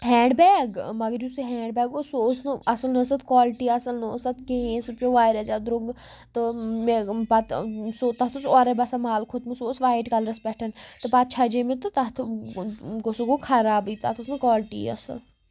hand bag مگر یُس یہِ ہینٛڈ بیگ اوس سُہ اوس نہٕ اَصٕل نہ ٲس تَتھ کالٹی اَصٕل نہ اوس تَتھ کِہیٖنۍ سُہ پیٚوو واریاہ زیادٕ درٛوٚگ تہٕ مےٚ پَتہٕ تَتھ اوس اورَے باسان مَل کھۄتمُت سُہ اوس وایِٹ کَلرَس پٮ۪ٹھ تہٕ پَتہٕ چھَجے مےٚ تہٕ تَتھ گوٚو سُہ گوٚو خرابٕے تَتھ ٲس نہٕ کالٹی اَصٕل